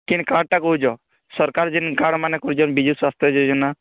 କିନ୍ କାର୍ଡ଼ଟା କହୁଛ ସରକାର୍ ଜିନ୍ କାର୍ଡ଼ମାନ ଖୋଜନ୍ତି ବିଜୁ ସ୍ୱାସ୍ଥ୍ୟ ଯୋଜନା